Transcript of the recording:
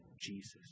Jesus